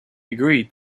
agreed